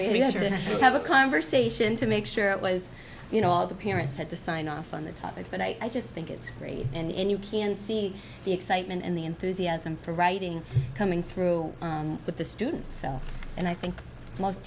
didn't have a conversation to make sure it was you know all the parents had to sign off on the topic but i just think it's free and you can see the excitement and the enthusiasm for writing coming through with the students and i think most